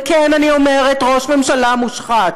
וכן, אני אומרת, ראש ממשלה מושחת.